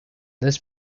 this